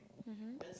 mmhmm